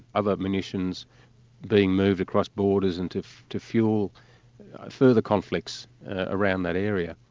other ammunitions being moved across borders and to to fuel further conflicts around that area.